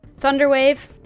Thunderwave